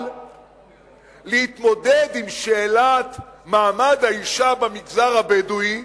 אבל להתמודד עם שאלת מעמד האשה במגזר הבדואי,